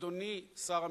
אדוני שר המשפטים,